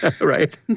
right